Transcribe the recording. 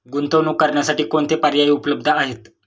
गुंतवणूक करण्यासाठी कोणते पर्याय उपलब्ध आहेत?